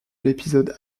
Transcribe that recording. l’épisode